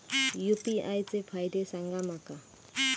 UPI चे फायदे सांगा माका?